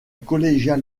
collégiale